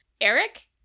eric